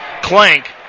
Clank